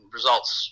results